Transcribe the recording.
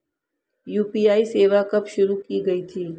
UPI सेवा कब शुरू की गई थी?